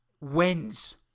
wins